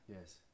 Yes